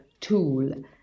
tool